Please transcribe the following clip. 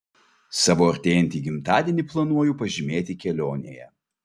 savo artėjantį gimtadienį planuoju pažymėti kelionėje